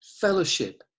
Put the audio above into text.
fellowship